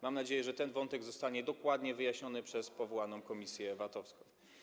Mam nadzieję, że ten wątek zostanie dokładnie wyjaśniony przez powołaną komisję VAT-owską.